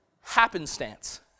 happenstance